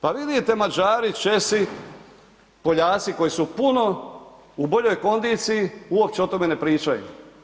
Pa vidite, Mađari, Česi, Poljaci koji su puno u boljoj kondiciji uopće o tome ne pričaju.